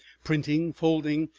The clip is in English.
printing, folding,